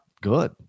good